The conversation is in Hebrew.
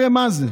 הרי מה זה?